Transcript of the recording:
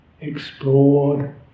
explored